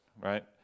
right